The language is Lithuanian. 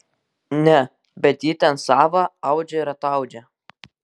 ne bet ji ten sava audžia ir ataudžia